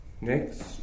Next